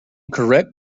correct